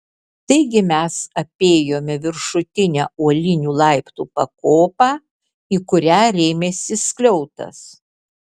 taigi mes apėjome viršutinę uolinių laiptų pakopą į kurią rėmėsi skliautas